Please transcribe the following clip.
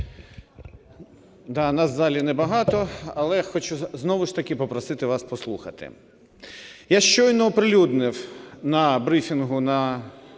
Нас в залі небагато, але хочу, знову ж таки, попросити вас послухати. Я щойно оприлюднив на брифінгу в